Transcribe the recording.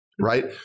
right